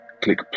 click